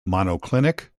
monoclinic